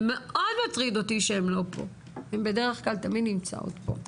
זה מאוד מטריד אותי שהן לא פה כי הן תמיד נמצאות פה.